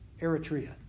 Eritrea